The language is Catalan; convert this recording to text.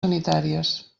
sanitàries